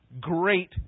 great